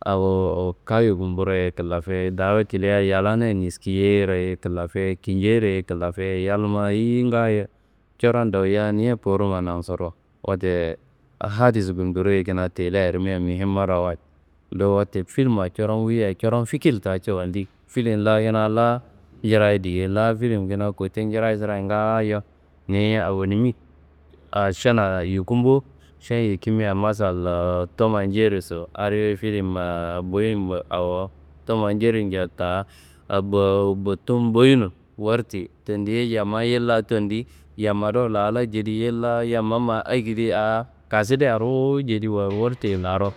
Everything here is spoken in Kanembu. Awo kawuyi ye kumbroi ye kilafe daaro cilia yallanayi niskiyero ye kilafe, kinjeyiro ye kilafe. Yalnummayi ayi ngaaye coron dowoia ni kowurunumma nansuru. Wote hadis ngundoroiye kina teleya rimia muhim marawayid. Do wote, filima coron wuyiyeia coron fikir ta cawandi. Filim la kuna la njirayi diye la filim kuna kote njirayi sirea ngaayo niyi awonimi. A šenna yukum bo, šen yikimia masallo tomma n jeriso adi filim boyi n. Awo tomma n jeri nja ta akowo bo- botu n boyin nun wartei. Tendeye yamma yilla tondi yamma do lalayi jedi yilla yamma ma akedi a kasida ruwu jedi wawartei laro